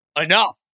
Enough